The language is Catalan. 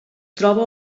troba